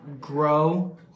grow